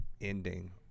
ending